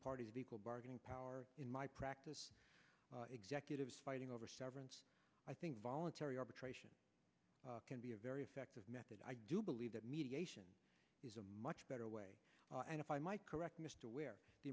parties equal bargaining power in my practice executives fighting over severance i think voluntary arbitration can be a very effective method i do believe that mediation is a much better way and if i might correct mr ware the